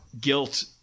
guilt